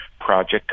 project